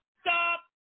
stop